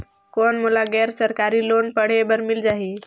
कौन मोला गैर सरकारी लोन पढ़े बर मिल जाहि?